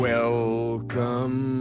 Welcome